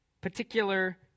particular